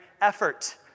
effort